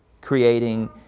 creating